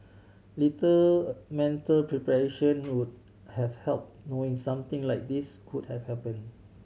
little mental preparation would have help knowing something like this could have happen